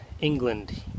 England